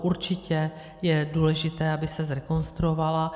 Určitě je důležité, aby se zrekonstruovala.